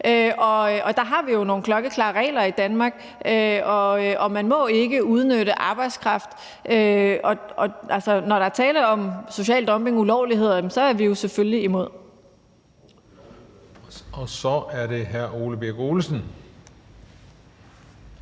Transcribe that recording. Der har vi jo nogle klokkeklare regler i Danmark, og man må ikke udnytte arbejdskraft. Når der er tale om social dumping og ulovligheder, er vi jo selvfølgelig imod.